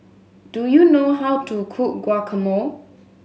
do you know how to cook Guacamole